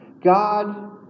God